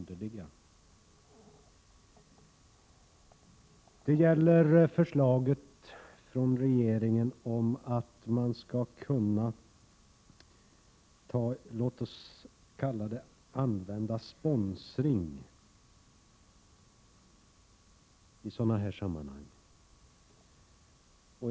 Det gäller förslaget från regeringen om att man skall kunna använda sponsring i sådana här sammanhang.